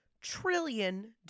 trillion